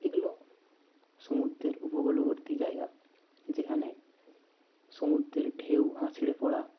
এগুলো সমুদ্রের উপকূলবর্তী জায়গা যেখানে সমুদ্রের ঢেউ আছড়ে পড়া